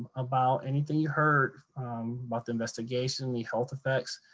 about anything you heard about the investigation, the health effects,